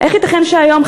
איך ייתכן שהיום,